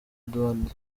edouard